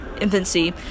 infancy